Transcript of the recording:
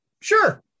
Sure